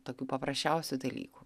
tokių paprasčiausių dalykų